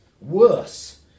Worse